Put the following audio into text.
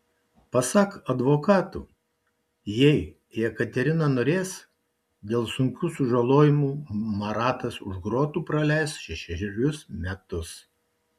pasak advokatų jei jekaterina norės dėl sunkių sužalojimų maratas už grotų praleis šešerius metus